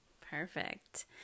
Perfect